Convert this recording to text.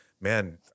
man